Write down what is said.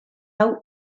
hau